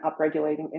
upregulating